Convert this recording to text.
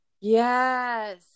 Yes